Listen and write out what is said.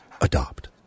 Adopt